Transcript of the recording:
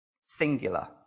singular